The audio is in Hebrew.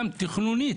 גם תכנונית.